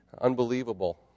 Unbelievable